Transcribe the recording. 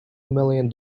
million